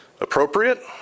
appropriate